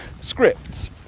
scripts